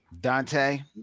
Dante